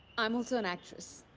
i'm also an actress.